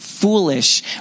Foolish